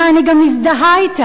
אני גם מזדהה אתה,